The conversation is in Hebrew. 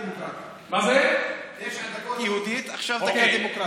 תשע דקות יהודית, עכשיו תגיע הדמוקרטית.